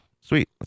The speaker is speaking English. Sweet